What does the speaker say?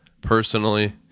personally